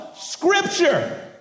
Scripture